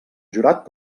jurat